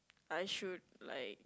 I should like